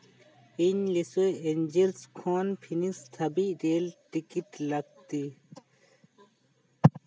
ᱤᱧ Los Angeles Phoenix ᱫᱷᱟᱵᱤᱡ rail ticket ᱞᱟᱹᱠᱛᱤ